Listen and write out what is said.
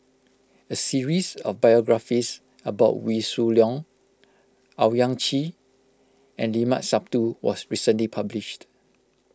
a series of biographies about Wee Shoo Leong Owyang Chi and Limat Sabtu was recently published